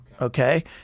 okay